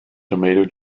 tomato